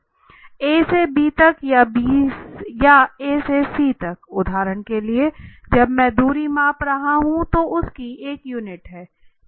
A से B तक या A से C तक उदाहरण के लिए जब मैं दूरी माप रहा हूँ तो उसकी एक यूनिट है मीटर या किलोमीटर